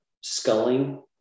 sculling